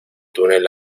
túnel